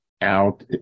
out